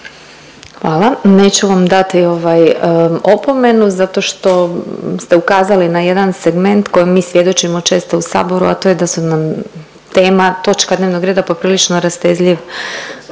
Hvala. Neću vam dati ovaj opomenu zato što ste ukazali na jedan segment kojem mi svjedočimo često u saboru, a to je da su nam tema točka dnevnog reda poprilično rastezljiv